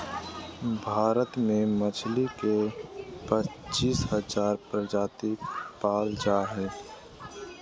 भारत में मछली के पच्चीस हजार प्रजाति पाल जा हइ